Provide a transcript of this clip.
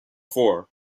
four